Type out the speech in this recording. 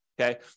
okay